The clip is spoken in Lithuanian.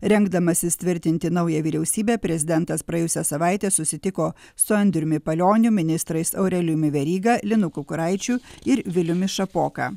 rengdamasis tvirtinti naują vyriausybę prezidentas praėjusią savaitę susitiko su andriumi palioniu ministrais aurelijumi veryga linu kukuraičiu ir viliumi šapoka